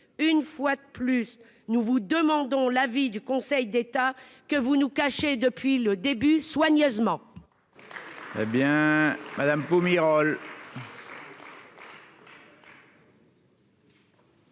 une fois de plus, nous vous demandons l'avis du Conseil d'État que vous nous cachez soigneusement